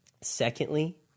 Secondly